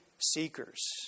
seekers